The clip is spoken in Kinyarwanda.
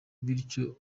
bityo